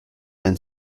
and